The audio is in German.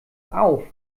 auf